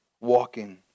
walking